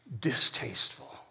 distasteful